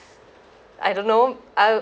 I don't know I'll